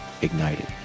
Ignited